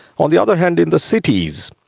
on the other hand, in the cities,